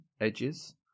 edges